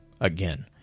again